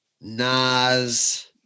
Nas